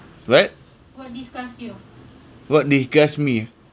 what what disgust me